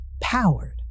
Powered